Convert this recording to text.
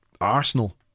Arsenal